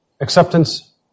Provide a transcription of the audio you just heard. acceptance